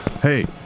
Hey